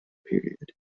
period